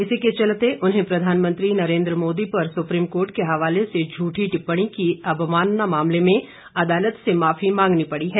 इसी के चलते उन्हें प्रधानमंत्री नरेन्द्र मोदी पर सुप्रीम कोर्ट के हवाले से झूठी टिप्पणी के अवमानना मामले में अदालत से माफी मांगनी पड़ी है